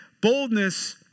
boldness